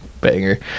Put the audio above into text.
Banger